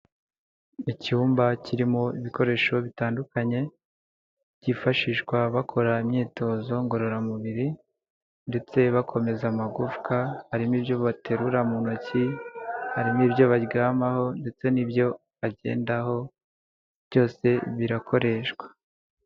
Icyumba kirimo ibikoresho bitandukanye byifashishwa bakora imyitozo ngororamubiri ndetse bakomeza amagufwa, harimo ibyo baterura mu ntoki, harimo ibyo baryamaho ndetse n'ibyo bagendaho, byose birakoreshwa.